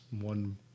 one